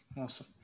Awesome